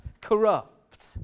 corrupt